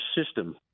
system